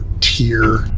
tier